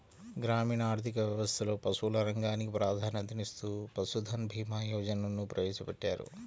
గ్రామీణ ఆర్థిక వ్యవస్థలో పశువుల రంగానికి ప్రాధాన్యతనిస్తూ పశుధన్ భీమా యోజనను ప్రవేశపెట్టారు